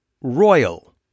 Royal